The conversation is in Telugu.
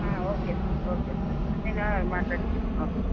ఓకే సార్ ఓకే సార్ నేను మాట్లాడి చెప్తాను ఓకే